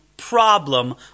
problem